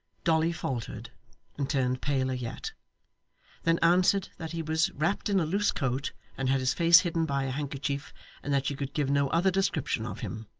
dolly faltered and turned paler yet then answered that he was wrapped in a loose coat and had his face hidden by a handkerchief and that she could give no other description of him.